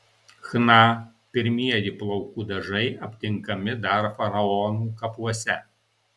chna pirmieji plaukų dažai aptinkami dar faraonų kapuose